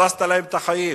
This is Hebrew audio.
הרסת להם את החיים.